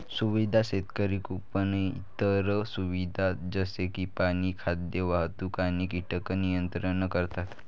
सुविधा शेतकरी कुंपण इतर सुविधा जसे की पाणी, खाद्य, वाहतूक आणि कीटक नियंत्रण करतात